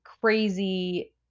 crazy